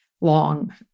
long